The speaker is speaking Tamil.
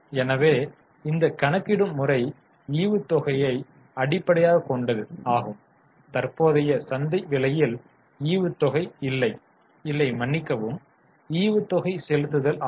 எனவே இந்த கணக்கிடும் முறை ஈவுத்தொகையை அடிப்படையாகக் கொண்டது ஆகும் தற்போதைய சந்தை விலையில் ஈவுத்தொகை இல்லை இல்லை மன்னிக்கவும் ஈவுத்தொகை செலுத்துதல் ஆகும்